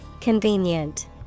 Convenient